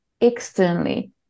externally